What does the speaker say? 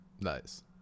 Nice